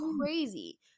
crazy